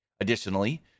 Additionally